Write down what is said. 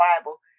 Bible